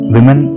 Women